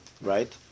right